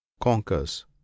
conquers